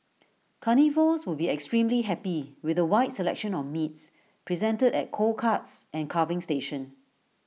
carnivores would be extremely happy with A wide selection of meats presented at cold cuts and carving station